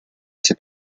sais